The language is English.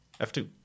F2